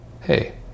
Hey